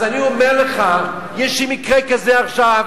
אז אני אומר לך: יש לי מקרה כזה עכשיו.